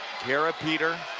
kara peter,